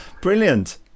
Brilliant